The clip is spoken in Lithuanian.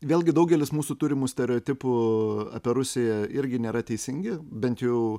vėlgi daugelis mūsų turimų stereotipų apie rusiją irgi nėra teisingi bent jau